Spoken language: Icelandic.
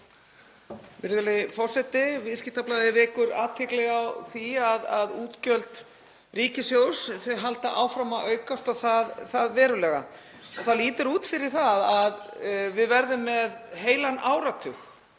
Virðulegi forseti. Viðskiptablaðið vekur athygli á því að útgjöld ríkissjóðs halda áfram að aukast, og það verulega. Það lítur út fyrir að við verðum með heilan áratug